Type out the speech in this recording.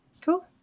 Cool